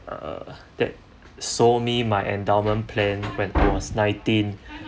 uh that sold me my endowment plan when I was nineteen